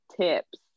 tips